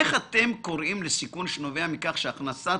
איך אתם קוראים לסיכון שנובע מכך שהכנסת